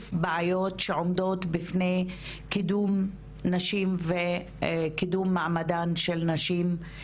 בעיות שעומדות בפני קידום נשים וקידום מעמדן של נשים.